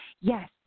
yes